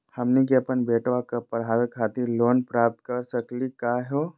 हमनी के अपन बेटवा क पढावे खातिर लोन प्राप्त कर सकली का हो?